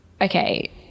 Okay